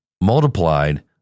multiplied